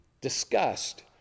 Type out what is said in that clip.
discussed